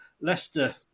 Leicester